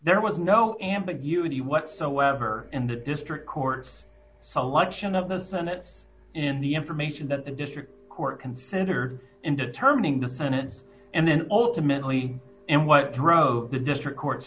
there was no ambiguity whatsoever in the district court's selection of the senate in the information that the district court considered in determining the senate and then ultimately and what he wrote the district court